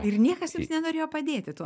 ir niekas nenorėjo padėti tuo